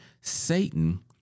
Satan